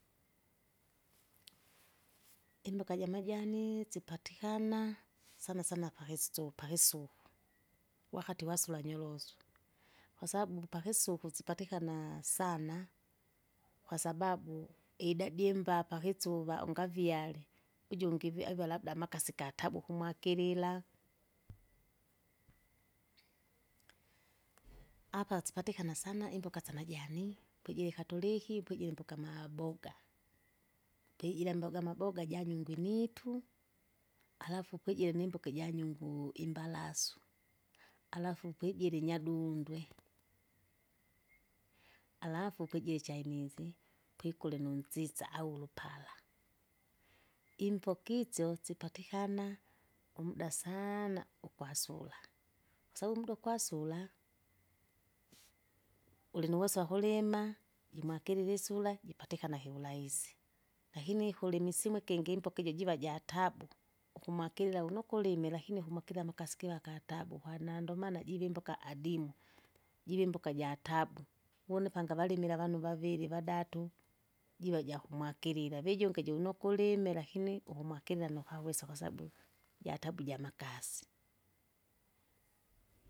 Imboka jamajanii sipatikana, sana sana pakistu pakisuku, wakati wasula nyorosu, kwasabu pakisuku sipatikanaa sana, kwasababu idadi imbapa pakisiku va- ungavyala, ujungi ivi avia labda amakasi gatabu kumwakilila. Apa sipatikana sana imboka syamajani, pujili katuliki pujilimbuka- amaboga, puijira mboga amaboga janyungu imitu, alafu kwijile nimboka ijanyunguu imbalasu. Alafu pwijire inyadundwe, alafu pwijire ichainizi, pwikule nuntsitsa au ulupala, imboka itsyo sipatikana, umda saana! ukwasura, kwasabu umuda ukwasula, ulinuweso wakulima, jimwagilile isura, jipatikana kiurahisi. Lakini kulimisiku ikingi imboka imboka ijo jiva jatabu, ukumwakilila wunokulime lakini lakini ukumwakila amakasi kila katabu kwana ndomana ndivimbuka adimu, jivi imbuka jatabu wune pangavalimila avanu vavili vadatu, jiva jakumwakilila vijunge jiuno kulime lakini, ukumwakilila nukawesa kwasabu, jatabu jamakasi. +